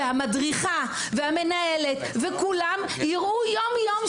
והמדריכה והמנהלת וכולם יראו יום יום,